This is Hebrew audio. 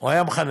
הוא היה מחנך.